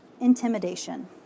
intimidation